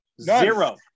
zero